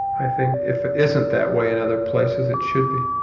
i think if it isn't that way in other places, it should be